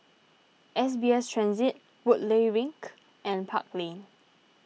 S B S Transit Woodleigh Link and Park Lane